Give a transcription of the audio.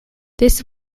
this